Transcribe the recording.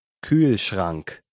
Kühlschrank